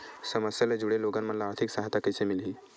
समस्या ले जुड़े लोगन मन ल आर्थिक सहायता कइसे मिलही?